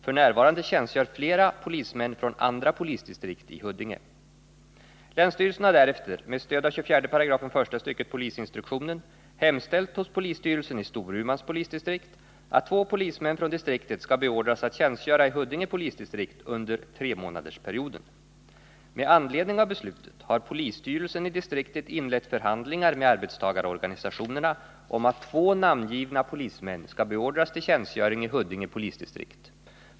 F. n. tjänstgör flera polismän från andra polisdistrikt i Huddinge. Med anledning av beslutet har polisstyrelsen i distriktet inlett förhandlingar med arbetstagarorganisationerna om att två namngivna polismän skall beordras till tjänstgöring i Huddinge polisdistrikt.